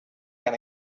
and